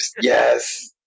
yes